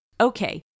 Okay